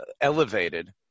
elevated